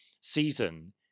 season